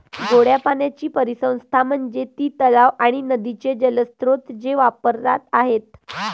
गोड्या पाण्याची परिसंस्था म्हणजे ती तलाव आणि नदीचे जलस्रोत जे वापरात आहेत